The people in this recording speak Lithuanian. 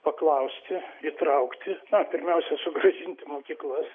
paklausti įtraukti pirmiausia sugrąžinti į mokyklas